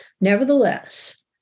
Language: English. Nevertheless